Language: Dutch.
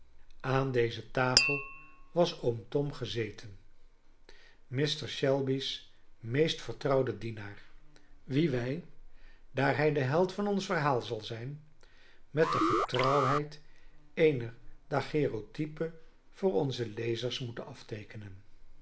aan deze tafel was oom tom gezeten mr shelby's meest vertrouwde dienaar wien wij daar hij de held van ons verhaal zal zijn met de getrouwheid eener daguerreotype voor onze lezers moeten afteekenen